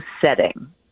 setting